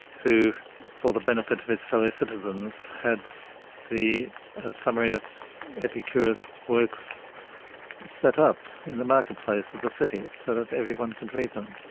who for the benefit of his fellow-citizens had so the ah summary of epicurus' works set up in the marketplace of the city, so that everyone could read them,